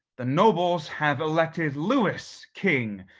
the nobles have elected lewis king,